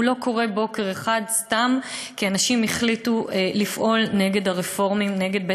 זה לא קורה בוקר אחד סתם כי אנשים החליטו לפעול נגד הרפורמים,